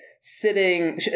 sitting